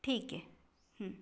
ठीक आहे